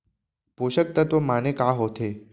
पोसक तत्व माने का होथे?